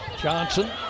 Johnson